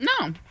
No